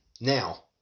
Now